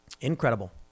Incredible